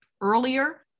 earlier